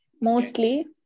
mostly